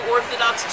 Orthodox